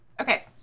Okay